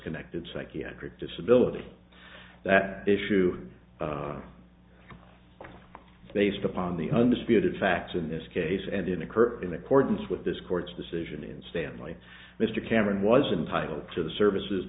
connected psychiatric disability that issue based upon the undisputed facts in this case and in occur in accordance with this court's decision in stanley mr cameron was entitle to the services